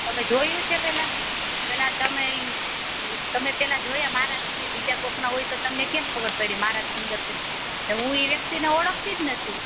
તમે જોયું છે પહેલાં પહેલાં તમે એ તમે પહેલાં જોયા મારા જ છે બીજા કોઈના હોય તો તમને કેમ ખબર પડી મારા જ ફિંગર છે એ હું એ વ્યક્તિને ઓળખતી જ નથી